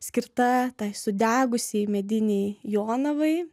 skirta tai sudegusiai medinei jonavai